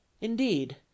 indeed